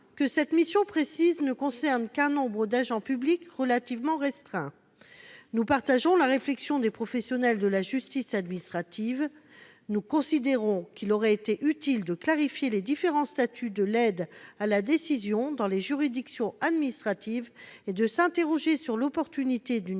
que cette mission précise ne concerne qu'un nombre d'agents publics relativement restreint. Nous faisons nôtre la réflexion des professionnels de la justice administrative. À nos yeux, il aurait été utile de clarifier les différents statuts de l'aide à la décision dans les juridictions administratives et de s'interroger sur l'opportunité d'une